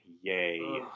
Yay